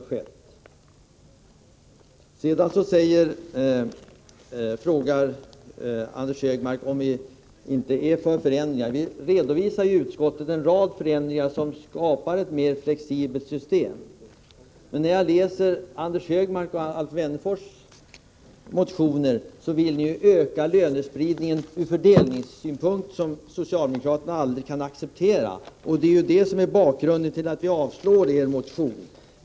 Anders Högmark frågar om vi inte är för förändringar. Utskottet redovisar en rad förändringar som skapar ett mer flexibelt system. Men Anders Högmark och Alf Wennerfors vill öka lönespridningen på ett sätt som socialdemokraterna ur fördelningssynpunkt aldrig kan acceptera. Det är bakgrunden till att vi avstyrker er motion, Anders Högmark.